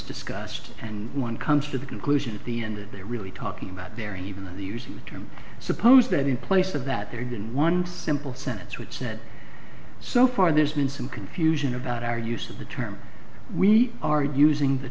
discussed and one comes to the conclusion at the end that they're really talking about there even though the using the term suppose that in place of that aired in one simple sentence which said so far there's been some confusion about our use of the term we are using the